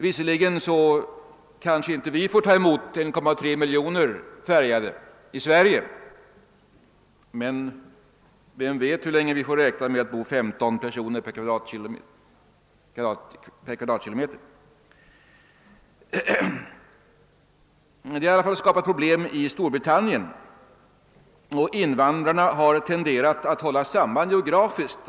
Visserligen kanske vi inte får ta emot 1,3 miljoner färgade i Sverige, men vem vet, hur länge vi får räkna med att det bor 15 personer per kvadratkilometer? De färgade har i alla fall skapat problem i Storbritannien, och invandrarna har tenderat att hålla samman geografiskt.